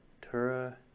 Tura